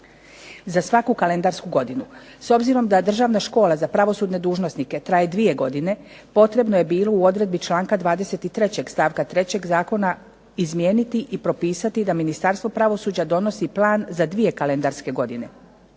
za svaku kalendarsku godinu. S obzirom da Državna škola za pravosudne dužnosnike traje dvije godine potrebno je bilo u odredbi članka 23. stavka 3. Zakona izmijeniti i propisati da Ministarstvo pravosuđa donosi plan za dvije kalendarske godine.